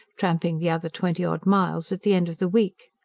tramping the other twenty odd miles at the end of the week.